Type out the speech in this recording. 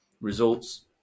results